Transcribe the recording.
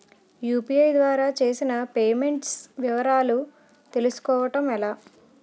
UPI ద్వారా చేసిన payments వివరాలు తెలుసుకోవటం ఎలా?